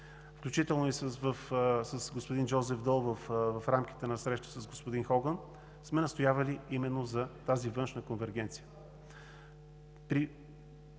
включително и с господин Жозеф Дол в рамките на срещата с господин Хоган, сме настоявали именно за тази външна конвергенция.